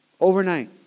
Overnight